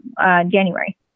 January